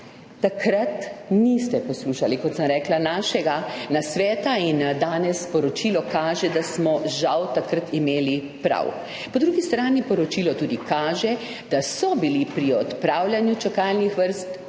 Takrat niste poslušali, kot sem rekla, našega nasveta in danes poročilo kaže, da smo žal takrat imeli prav. Po drugi strani poročilo kaže tudi, da so bili pri odpravljanju čakalnih vrst bolj